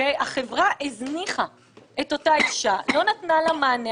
החברה הזניחה את אותה האישה ולא נתנה לה מענה,